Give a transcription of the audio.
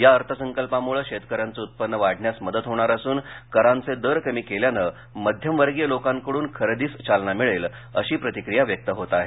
या अर्थसंकल्पामुळे शेतकऱ्यांचं उत्पन्न वाढण्यास मदत होणार असून करांचे दर कमी केल्याने मध्यम वर्गीय लोकांकडून खरेदीस चालना मिळेल अशी प्रतिक्रिया व्यक्त होत आहे